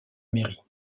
mairie